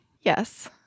Yes